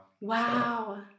wow